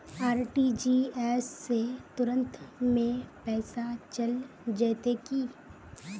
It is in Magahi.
आर.टी.जी.एस से तुरंत में पैसा चल जयते की?